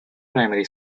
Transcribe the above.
primary